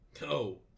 No